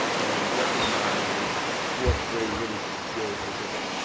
and recognizing fourth-grade literacy skills within it,